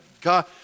God